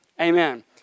Amen